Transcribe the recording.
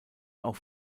auch